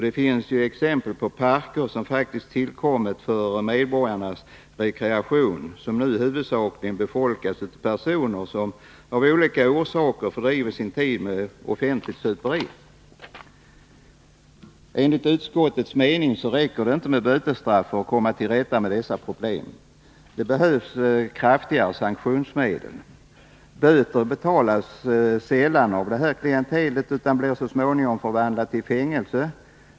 Det finns exempel på parker, som faktiskt tillkommit för medborgarnas rekreation men som nu huvudsakligen befolkas av personer som av olika orsaker fördriver sin tid med offentligt superi. Enligt utskottets mening räcker det inte med bötesstraff för att komma till rätta med dessa problem. Det behövs kraftigare sanktionsmedel. Böter betalas sällan av det här klientelet utan blir så småningom förvandlade till fängelse.